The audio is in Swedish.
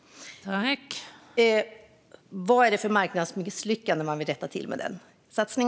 Vad är det för marknadsmisslyckande man vill rätta till med denna satsning?